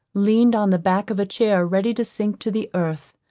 leaned on the back of a chair ready to sink to the earth.